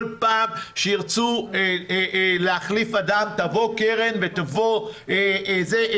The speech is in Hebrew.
כל פעם שירצו להחליף אדם, תבוא קרן ויבוא חיים